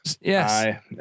Yes